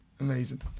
Amazing